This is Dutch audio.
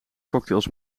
cocktails